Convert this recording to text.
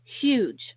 huge